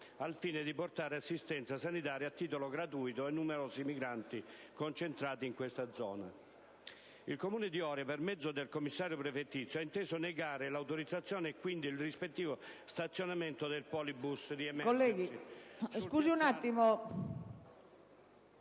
al fine di portare assistenza sanitaria, a titolo gratuito, ai numerosi migranti concentrati in questa zona. Il Comune di Oria, per mezzo del commissario prefettizio, ha inteso negare l'autorizzazione e quindi il rispettivo stazionamento del PoliBus di